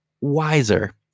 wiser